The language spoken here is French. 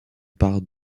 part